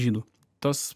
žydų tas